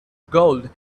gold